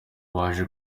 baje